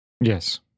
Yes